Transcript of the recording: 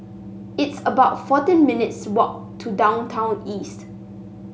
it's about fourteen minutes' walk to Downtown East